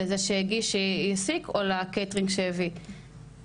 לזה שהגיש או לקייטרינג שהביא את האוכל?..".